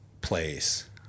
place